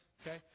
okay